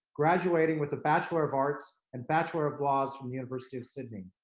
graduating with a bachelor of arts and bachelor of laws from the university of sydney.